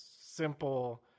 simple